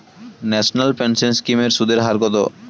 National pension scheme এর সুদের হার কত?